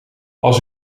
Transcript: als